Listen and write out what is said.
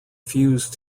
fuse